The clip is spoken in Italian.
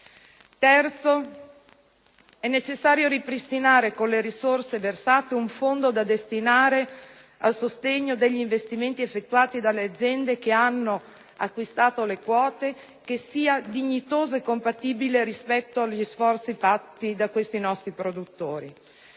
luogo, è necessario ripristinare con le risorse versate un fondo da destinare al sostegno degli investimenti effettuati dalle aziende che hanno acquistato le quote, fondo che sia dignitoso e compatibile rispetto agli sforzi fatti dai nostri produttori.